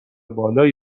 بالایی